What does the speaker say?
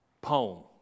poem